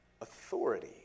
authority